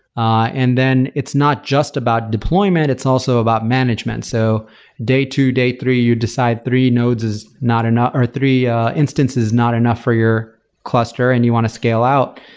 ah and then it's not just about deployment. it's also about management. so day two, day three, you decide three nodes is not or three instance is not enough for your cluster and you want to scale out.